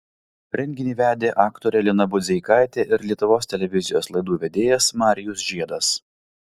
renginį vedė aktorė lina budzeikaitė ir lietuvos televizijos laidų vedėjas marijus žiedas